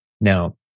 Now